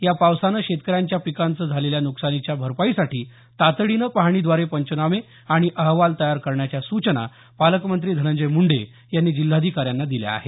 या पावसानं शेतकऱ्यांच्या पिकांचं झालेल्या नुकसानीच्या भरपाईसाठी तातडीनं पाहणीद्वारे पंचनामे आणि अहवाल तयार करण्याच्या सूचना पालकमंत्री धनंजय मुंडे यांनी जिल्हाधिकाऱ्यांना दिल्या आहेत